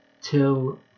till